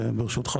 ברשותך,